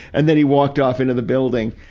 and then he walked off into the building.